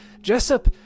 Jessup